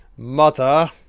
Mother